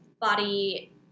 body